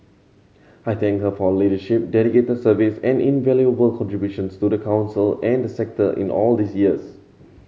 I thank her for leadership dedicated service and invaluable contributions to the Council and the sector in all these years